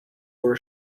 were